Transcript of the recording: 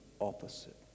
opposite